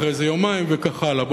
אחרי זה יומיים וכך הלאה,